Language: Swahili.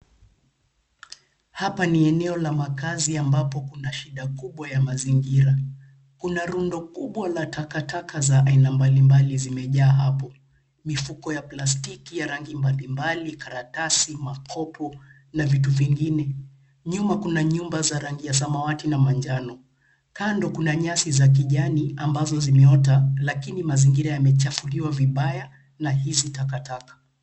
Hapa ni eneo la makazi ambapo kuna shida kubwa ya mazingira. Kuna rundo kubwa la takataka za aina mbali mbali zimejaa hapo, mifuko ya plastiki ya rangi mbali mbali, karatasi, makopo, na vitu vingine. Nyuma kuna nyumba za rangi ya samawati na manjano. Kando kuna nyasi za kijani ambazo zimeota, lakini mazingira yamechafuliwa vibaya na hizi takataka.